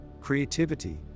creativity